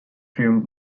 few